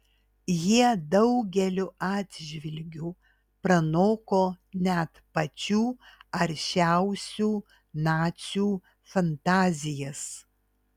jie daugeliu atžvilgių pranoko net pačių aršiausių nacių fantazijas